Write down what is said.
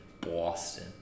Boston